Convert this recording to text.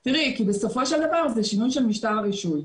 כי בסופו של דבר זה שינוי של משטר הרישוי.